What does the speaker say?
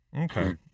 Okay